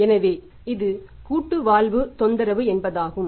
எனவே இது கூட்டுவாழ்வு தொந்தரவு என்பதாகும்